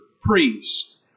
priest